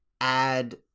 add